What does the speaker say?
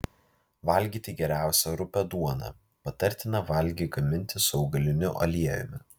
valgyti geriausia rupią duoną patartina valgį gaminti su augaliniu aliejumi